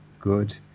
good